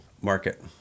Market